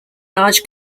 large